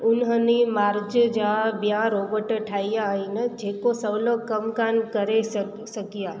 उन्हनि मार्ज जा बि॒या रोबोट ठाहिया आहिनि जेको सवलो कम कोन्ह करे स सघिया